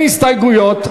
אין הסתייגויות.